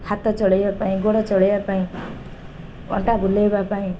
ହାତ ଚଳେଇବା ପାଇଁ ଗୋଡ଼ ଚଳେଇବା ପାଇଁ ଅଣ୍ଟା ବୁଲେଇବା ପାଇଁ